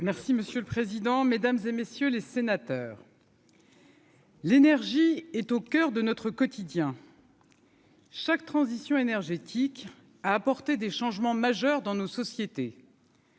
Merci monsieur le président, Mesdames et messieurs les sénateurs. L'énergie est au coeur de notre quotidien. Chaque transition énergétique a apporté des changements majeurs dans nos sociétés.